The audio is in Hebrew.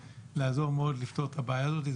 לעזור מאוד לפתור את הבעיה הזאת.